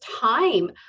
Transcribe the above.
time